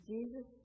Jesus